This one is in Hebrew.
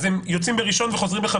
הם יוצאים ביום ראשון וחוזרים ביום